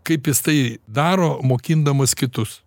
kaip jis tai daro mokindamas kitus